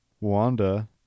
Wanda